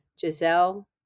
Giselle